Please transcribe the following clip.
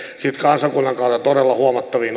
sitten kansakunnan kannalta todella huomattaviin